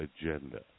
agenda